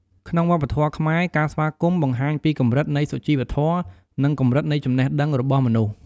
ក្នុងវប្បធម៌ខ្មែរការស្វាគមន៍ បង្ហាញពីកម្រិតនៃសុជីវធម៌ និងកម្រិតនៃចំណេះដឹងរបស់មនុស្ស។